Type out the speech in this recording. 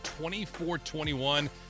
24-21